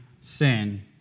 sin